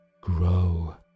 grow